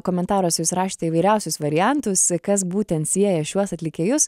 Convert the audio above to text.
komentaruose jūs rašėte įvairiausius variantus kas būtent sieja šiuos atlikėjus